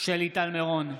שלי טל מירון,